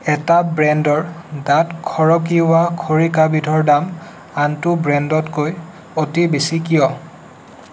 এটা ব্ৰেণ্ডৰ দাঁত খৰকিওৱা খৰিকা বিধৰ দাম আনটো ব্ৰেণ্ডতকৈ অতি বেছি কিয়